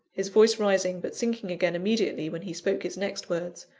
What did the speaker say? his voice rising, but sinking again immediately when he spoke his next words,